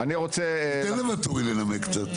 תן לוואטורי לנמק קצת.